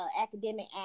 academic